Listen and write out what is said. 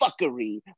fuckery